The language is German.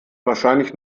wahrscheinlich